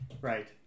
right